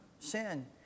sin